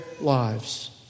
lives